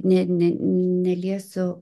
ne ne neliesiu